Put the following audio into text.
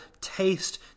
taste